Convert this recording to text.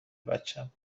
بچم